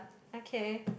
okay